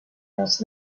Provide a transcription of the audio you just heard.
has